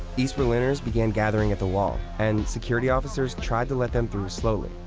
east berliners began gathering at the wall, and security officers tried to let them through slowly.